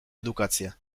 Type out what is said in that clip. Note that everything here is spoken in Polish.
edukację